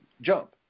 jump